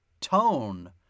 tone